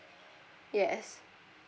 yes